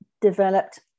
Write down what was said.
developed